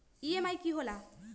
EMI की होला?